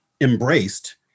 embraced